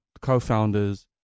co-founders